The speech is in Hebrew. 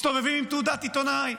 מסתובבים עם תעודת עיתונאי,